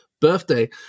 birthday